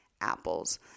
apples